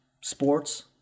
sports